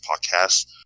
podcast